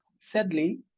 Sadly